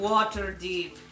Waterdeep